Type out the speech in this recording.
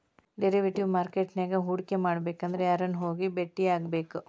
Derivative market ನ್ಯಾಗ್ ಹೂಡ್ಕಿಮಾಡ್ಬೆಕಂದ್ರ ಯಾರನ್ನ ಹೊಗಿ ಬೆಟ್ಟಿಯಾಗ್ಬೇಕ್?